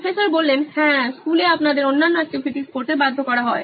professor হ্যাঁ স্কুলে আপনাদের অন্যান্য এক্টিভিটিস করতে বাধ্য করা হয়